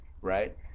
right